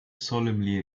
solemnly